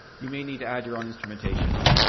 you may need to add your own instrumentation.